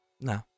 no